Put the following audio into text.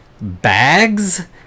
bags